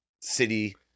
city